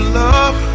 love